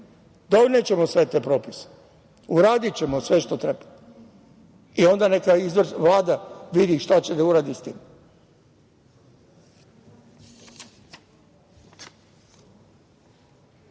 Donećemo sve te propise, uradićemo sve što treba i onda neka Vlada vidi šta će da uradi sa